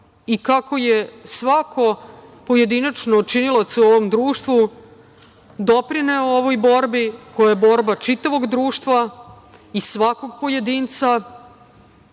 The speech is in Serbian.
i kako je svako pojedinačno činilac u ovom društvu doprineo ovoj borbi, koja je borba čitavog društva i svakog pojedinca